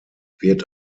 wird